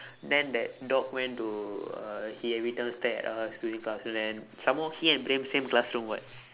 then that dog went to uh he every time stare us during classes then some more he and praem same classroom [what]